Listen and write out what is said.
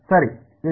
ಸರಿ ಇಲ್ಲ